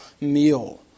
meal